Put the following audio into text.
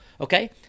okay